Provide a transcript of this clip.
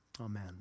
Amen